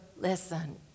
listen